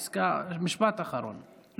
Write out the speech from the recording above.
פסקה, משפט אחרון.